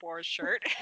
shirt